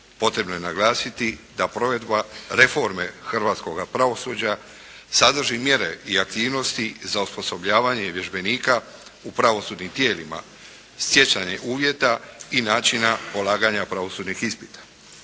potrebno je naglasiti da provedba reforme hrvatskoga pravosuđa sadrži mjere i aktivnosti za osposobljavanje vježbenika u pravosudnim tijelima, stjecanje uvjeta i načina polaganja pravosudnih ispita.